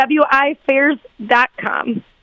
wifairs.com